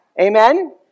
Amen